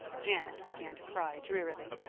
janet began to cry drearily.